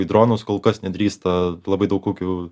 į dronus kol kas nedrįsta labai daug ūkių